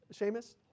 Seamus